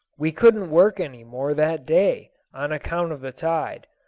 we couldn't work any more that day, on account of the tide,